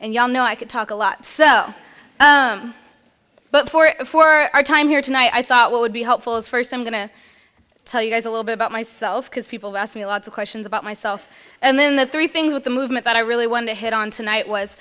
and you know i could talk a lot so but for our time here tonight i thought what would be helpful is first i'm going to tell you guys a little bit about myself because people ask me lots of questions about myself and then the three things with the movement that i really want to hit on tonight was